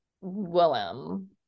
Willem